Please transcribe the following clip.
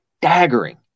staggering